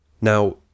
Now